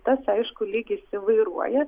tas aišku lygis įvairuoja